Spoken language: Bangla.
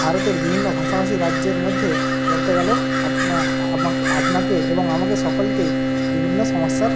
ভারতের বিভিন্ন ভাষা ভাষী রাজ্যের মধ্যে বেড়াতে গেলেও আপনাকে এবং আমাকে সকলকেই বিভিন্ন সমস্যার